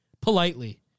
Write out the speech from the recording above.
politely